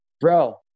bro